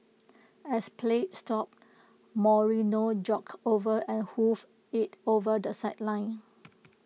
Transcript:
as play stopped Moreno jogged over and hoofed IT over the sideline